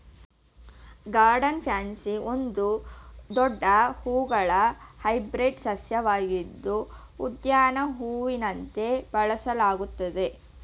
garden pansy ಒಂದು ದೊಡ್ಡ ಹೂವುಳ್ಳ ಹೈಬ್ರಿಡ್ ಸಸ್ಯವಾಗಿದ್ದು ಉದ್ಯಾನ ಹೂವಂತೆ ಬೆಳೆಸಲಾಗ್ತದೆ